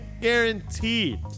Guaranteed